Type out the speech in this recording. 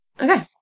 Okay